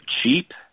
cheap